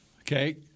Okay